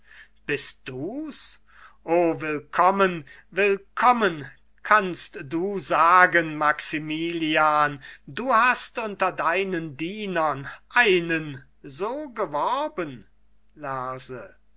bist du's o willkommen willkommen kannst du sagen maximilian du hast unter deinen dienern einen so geworben lerse